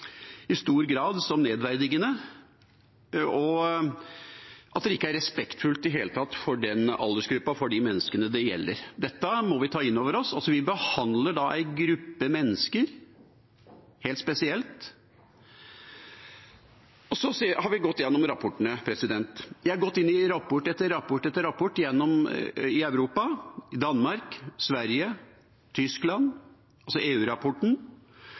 nedverdigende, og at det ikke er respektfullt i det hele tatt overfor den aldersgruppa, for de menneskene det gjelder. Dette må vi ta inn over oss – vi behandler da en gruppe mennesker helt spesielt. Så har vi gått gjennom rapportene. Vi har gått inn i rapport etter rapport etter rapport i Europa – Danmark, Sverige, Tyskland,